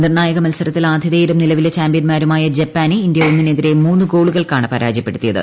നിർണായക മത്സരത്തിൽ ആതിഥേയരും നിലീപ്പില്പ് ചാമ്പ്യൻമാരുമായ ജപ്പാനെ ഇന്ത്യ ഒന്നിനെതിരെ മൂന്ന് ഗ്ൾോളുകൾക്കാണ് പരാജയപ്പെടുത്തിയത്